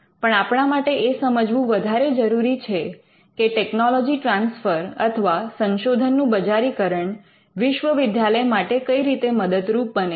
પણ આપણા માટે એ સમજવું વધારે જરૂરી છે કે ટેકનોલોજી ટ્રાન્સફર અથવા સંશોધનનું બજારીકરણ વિશ્વવિદ્યાલય માટે કઈ રીતે મદદરૂપ બને છે